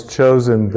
chosen